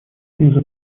лиза